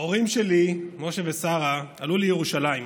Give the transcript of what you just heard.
ההורים שלי, משה ושרה, עלו לירושלים.